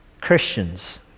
Christians